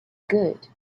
good